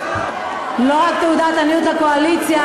לא רק תעודת עניות לקואליציה,